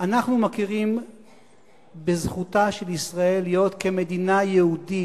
אנחנו מכירים בזכותה של ישראל להיות כמדינה יהודית,